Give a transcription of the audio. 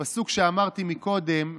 הפסוק שאמרתי קודם,